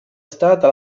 stata